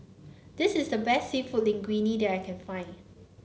this is the best seafood Linguine that I can find